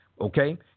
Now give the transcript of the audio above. okay